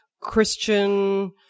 Christian